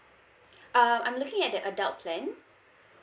uh I'm looking at the adult plan